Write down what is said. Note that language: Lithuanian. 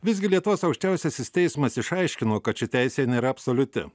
visgi lietuvos aukščiausiasis teismas išaiškino kad ši teisė nėra absoliuti